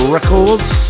Records